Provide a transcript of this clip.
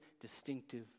distinctive